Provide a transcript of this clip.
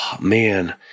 Man